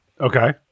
Okay